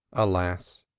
alas!